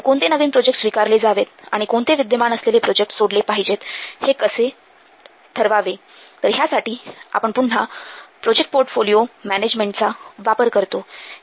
तर कोणते नवीन प्रोजेक्ट स्वीकारले जावेत आणि कोणते विद्यमान असलेले प्रोजेक्ट सोडले पाहिजेत हे कसे ठरवावे तर ह्यासाठी आपण पुन्हा प्रोजेक्ट पोर्टफोलिओ मॅनेजमेंटचा वापर करतो